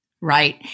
Right